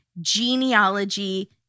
genealogy